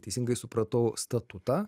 teisingai supratau statutą